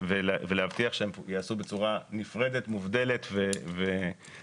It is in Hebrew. ולהבטיח שהן ייעשו בצורה מופרדת, מובדלת ועצמאית.